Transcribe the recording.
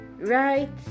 right